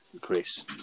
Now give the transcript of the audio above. Chris